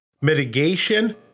Mitigation